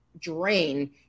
drain